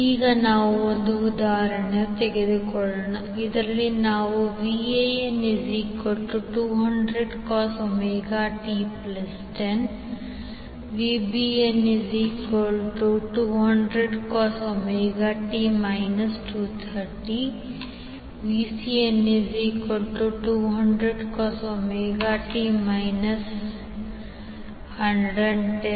ಈಗ ನಾವು ಒಂದು ಉದಾಹರಣೆಯನ್ನು ತೆಗೆದುಕೊಳ್ಳೋಣ ಇದರಲ್ಲಿ ನಾವುvan200 ωt10 vbn200 ωt 230 vcn200 ωt 110